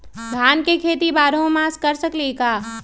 धान के खेती बारहों मास कर सकीले का?